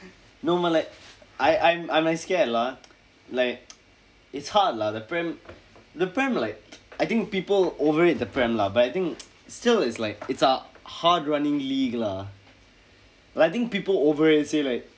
no but like I I'm I'm like scared lah like it's hard lah the pram the pram like I think people over it the pram lah but I think still is like it's a hard running league lah like I think people over it say like